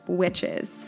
witches